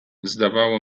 zdawało